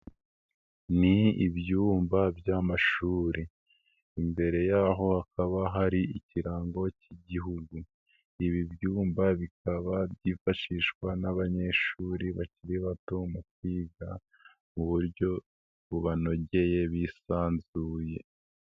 Ni ibyumba by'amashuri imbere yaho hakaba hari ikirango cy'Igihugu, ibi byumba bikaba byifashishwa n'abanyeshuri bakiri bato mu kwiga mu buryo bubanogeye bisanzuye.